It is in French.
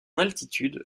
altitude